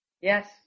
yes